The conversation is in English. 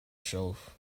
shelf